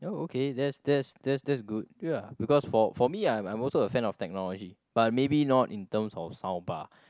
oh okay that's that's that's that's good ya because for for me I'm I'm also a fan of technology but maybe not in terms of sound bar